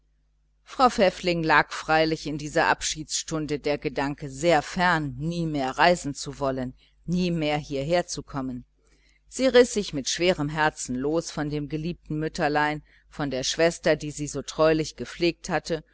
frau pfäffling lag freilich in dieser abschiedsstunde der gedanke sehr fern nie mehr reisen zu wollen nie mehr hieher zu kommen sie riß sich mit schwerem herzen los von dem geliebten mütterlein von der schwester die sie so treulich gepflegt hatte